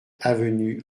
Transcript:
avenue